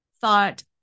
thought